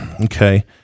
okay